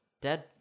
dead